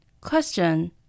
Question